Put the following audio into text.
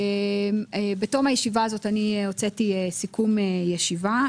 בתום הישיבה הזאת הוצאתי סיכום ישיבה,